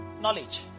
knowledge